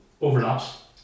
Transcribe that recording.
overlaps